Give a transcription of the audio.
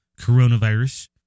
coronavirus